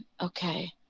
Okay